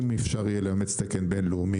אם אפשר יהיה לאמץ תקן בינלאומי,